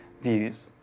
views